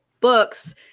books